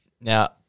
Now